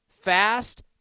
fast